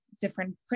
different